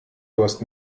durst